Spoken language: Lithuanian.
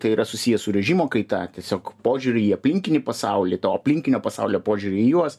tai yra susiję su režimo kaita tiesiog požiūriu į aplinkinį pasaulį to aplinkinio pasaulio požiūrį į juos